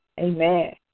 Amen